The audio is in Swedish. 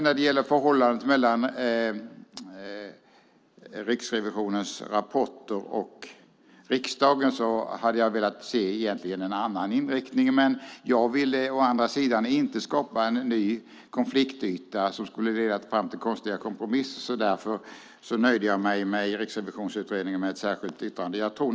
När det gäller förhållandet mellan Riksrevisionens rapporter och riksdagen hade jag velat se en annan inriktning, men jag ville inte skapa en ny konfliktyta som ledde fram till konstiga kompromisser. Därför nöjde jag mig i Riksrevisionsutredningen med att lägga fram ett särskilt yttrande.